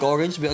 Orange